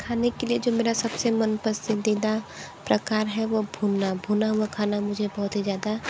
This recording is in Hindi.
खाने के लिए जो मेरा सबसे मन पसंदीदा प्रकार है वह भुना भुना हुआ खाना मुझे बहुत ही ज़्यादा